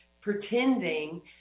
pretending